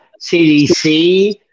CDC